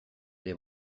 ere